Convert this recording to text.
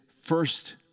first